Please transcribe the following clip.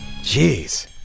Jeez